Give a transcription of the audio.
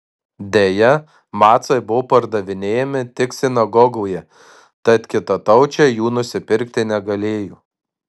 deja macai buvo pardavinėjami tik sinagogoje tad kitataučiai jų nusipirkti negalėjo